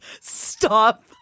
stop